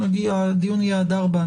הגיון יהיה עד ארבע,